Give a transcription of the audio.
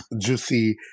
juicy